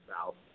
South